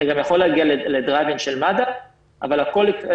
אתה גם יכול להגיע ל"דרייב אין" של מד"א אבל הכול יקרה